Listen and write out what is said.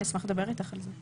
אני אשמח לדבר איתך על זה.